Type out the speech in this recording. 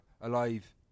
alive